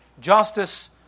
Justice